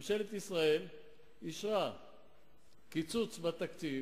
ממשלת ישראל אישרה קיצוץ בתקציב